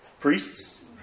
Priests